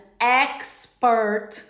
expert